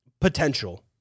potential